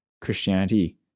Christianity